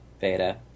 beta